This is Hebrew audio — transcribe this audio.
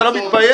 אתה לא מתבייש?